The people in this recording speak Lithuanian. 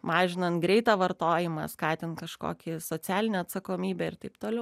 mažinant greitą vartojimą skatint kažkokį socialinę atsakomybę ir taip toliau